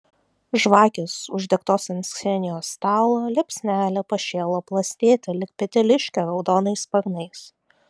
žvakės uždegtos ant ksenijos stalo liepsnelė pašėlo plastėti lyg peteliškė raudonais sparnais